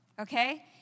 Okay